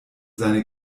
seine